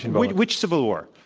and but which civil war?